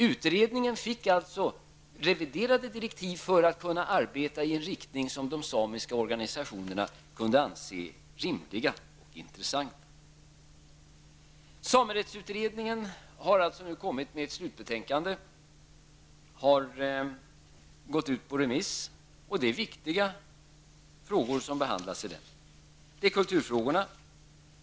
Utredningen fick alltså reviderade direktiv för att den skulle kunna arbeta i en riktning som de samiska organisationerna kunde anse rimlig och intressant. Samerättsutredningen har nu kommit med ett slutbetänkande som har gått ut på remiss. Det är viktiga frågor som behandlas. Det gäller t.ex. kulturfrågorna.